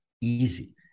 easy